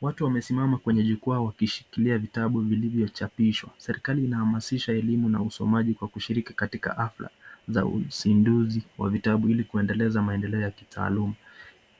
Watu wamesimama kwenye jukwa wakishikilia vitabu vilivyochapishwa. Serekali inahamasisha elimu na usomaji kwa kushiriki katika hafla za uzinduzi wa vitabu ili kuendeleza maendeleo ya kitaaluma.